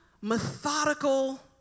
methodical